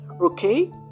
Okay